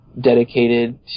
dedicated